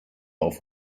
auf